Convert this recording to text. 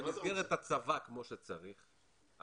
הצבא כמו שצריך,